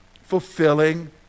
Fulfilling